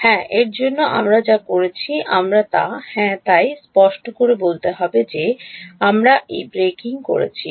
হ্যাঁ এজন্য আমরা যা করছি আমরা তা হ্যাঁ তাই স্পষ্ট করে বলতে হবে যে আমরা এই ব্রেকিং করছি